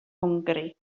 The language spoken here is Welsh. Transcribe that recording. hwngari